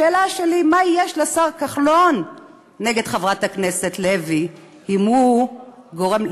השאלה שלי היא מה יש לשר כחלון נגד חברת הכנסת לוי אם הוא גורם,